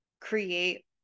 create